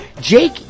Jake